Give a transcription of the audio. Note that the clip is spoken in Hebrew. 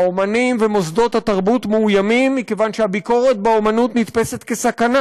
האמנים ומוסדות התרבות מאוימים מכיוון שהביקורת באמנות נתפסת כסכנה.